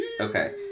Okay